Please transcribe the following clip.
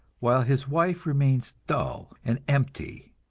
while his wife remains dull and empty?